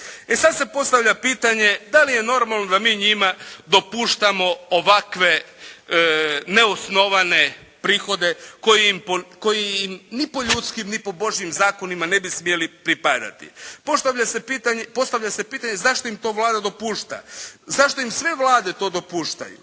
E sad se postavlja pitanje da li je normalno da mi njima dopuštamo ovakve neosnovane prihode koji im ni po ljudskim ni po Božjim zakonima ne bi smjeli pripadati. Postavlja se pitanje zašto im to Vlada dopušta? Zašto im sve Vlade to dopuštaju?